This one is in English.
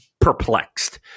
perplexed